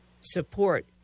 support